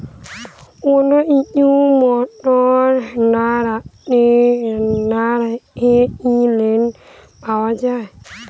কোন কিছু মর্টগেজ না রেখে কি লোন পাওয়া য়ায়?